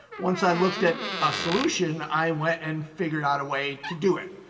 once i looked at a solution, i went and figured out a way to do it.